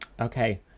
Okay